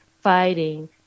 fighting